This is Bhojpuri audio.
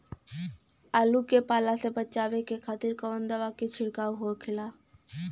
आलू के पाला से बचावे के खातिर कवन दवा के छिड़काव होई?